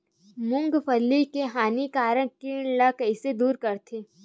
मूंगफली के हानिकारक कीट ला कइसे दूर करथे?